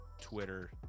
Twitter